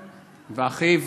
ואחיו,